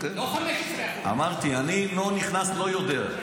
--- לא 15%. אמרתי, אני לא נכנס, לא יודע.